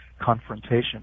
confrontation